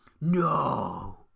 No